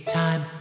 time